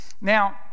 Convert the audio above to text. Now